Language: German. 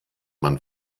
man